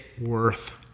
worth